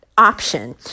option